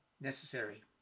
necessary